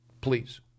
Please